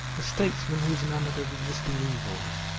a statesman who is enamored of existing evils,